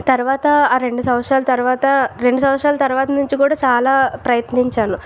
తర్వాత ఆ రెండు సంవత్సరాలు తర్వాత రెండు సంవత్సరాలు తర్వాత నుంచి కూడా చాలా ప్రయత్నించాను